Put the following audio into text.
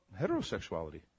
heterosexuality